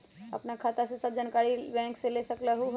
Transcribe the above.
आपन खाता के सब जानकारी बैंक से ले सकेलु?